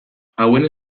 hauen